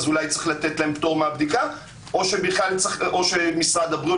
אולי צריך לתת להם פטור מהבדיקה או שאם משרד הבריאות